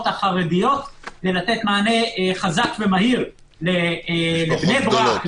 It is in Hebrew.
החרדיות כדי לתת מענה חזק ומהיר לבני ברק,